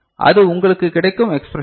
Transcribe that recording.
இது உங்களுக்கு கிடைக்கும் எக்ஸ்ப்ரேஷன்